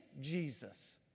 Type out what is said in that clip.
Jesus